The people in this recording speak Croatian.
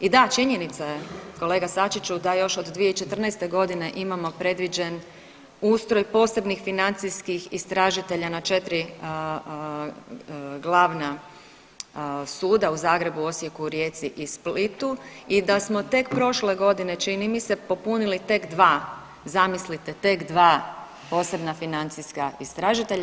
I da, činjenica je kolega Sačiću da još od 2014. godine imamo predviđen ustroj posebnih financijskih istražitelja na 4 glavna suda u Zagrebu, Osijeku, Rijeci i Splitu i da smo tek prošle godine čini mi se popunili tek 2, zamislite tek 2 posebna financijska istražitelja.